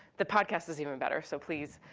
the podcast is even better. so please,